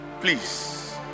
please